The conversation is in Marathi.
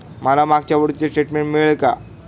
मला मागच्या वर्षीचे स्टेटमेंट मिळेल का?